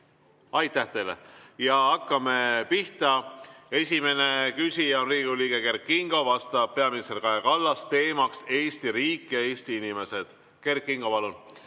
Aitäh teile! Hakkame pihta. Esimene küsija on Riigikogu liige Kert Kingo, vastab peaminister Kaja Kallas, teema on Eesti riik ja Eesti inimesed. Kert Kingo, palun!